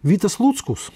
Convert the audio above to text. vitas luckus